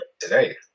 today